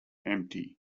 empty